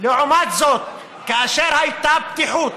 לעומת זאת, כאשר הייתה פתיחות